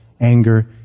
anger